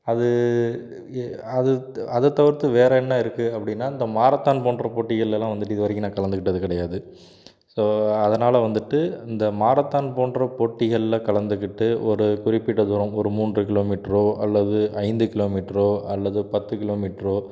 அது எ அது அதை தவிர்த்து வேற என்ன இருக்குது அப்படின்னா இந்த மாரத்தான் போன்ற போட்டிகள்லலாம் வந்துட்டு இது வரைக்கும் நான் கலந்துக்கிட்டது கிடையாது ஸோ அதனால் வந்துட்டு இந்த மாரத்தான் போன்ற போட்டிகள்ல கலந்துக்கிட்டு ஒரு குறிப்பிட்ட தூரம் ஒரு மூன்று கிலோ மீட்டரோ அல்லது ஐந்து கிலோ மீட்டரோ அல்லது பத்து கிலோ மீட்டரோ